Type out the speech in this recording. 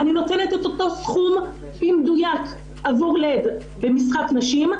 אני נותנת את אותו סכום במדויק עבור לד במשחק נשים,